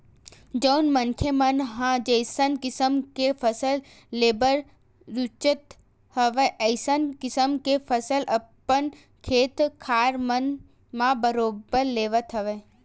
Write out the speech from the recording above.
जउन मनखे मन ल जइसन किसम के फसल लेबर रुचत हवय अइसन किसम के फसल अपन खेत खार मन म बरोबर लेवत हवय